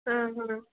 ಹಾಂ ಹಾಂ